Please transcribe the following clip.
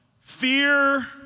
Fear